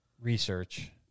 research